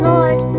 Lord